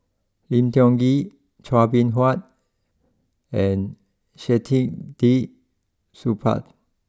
Lim Tiong Ghee Chua Beng Huat and Saktiandi Supaat